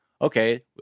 Okay